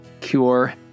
cure